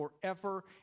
forever